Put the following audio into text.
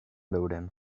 veurem